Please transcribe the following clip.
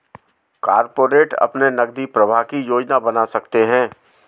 corporate अपने नकदी प्रवाह की योजना बना सकते हैं